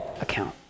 account